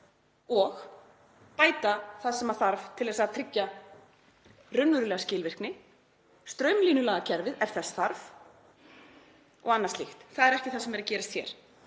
og bæti það sem þarf til að tryggja raunverulega skilvirkni, straumlínulaga kerfið ef þess þarf og annað slíkt. En það er ekki það sem er að gerast hér.